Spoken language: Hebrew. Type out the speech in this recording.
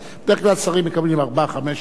בדרך כלל השרים מקבלים ארבע-חמש שאלות.